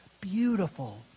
Beautiful